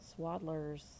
swaddlers